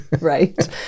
Right